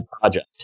project